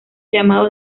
llamado